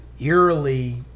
eerily